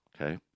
Okay